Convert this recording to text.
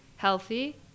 healthy